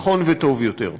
נכון וטוב יותר.